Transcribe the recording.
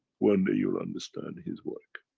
one day you'll understand his work.